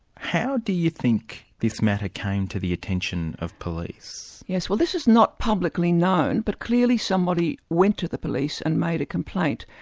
how do you think this matter came to the attention of police? yes, well this is not publicly known, but clearly somebody went to the police and made a complaint.